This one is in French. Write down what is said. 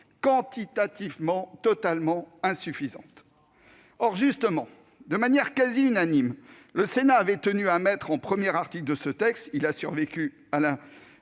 quantitativement totalement insuffisantes. Or justement, de manière quasi unanime, le Sénat avait tenu à inscrire dans le premier article de ce texte, qui a survécu à la